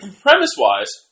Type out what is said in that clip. premise-wise